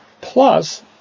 Plus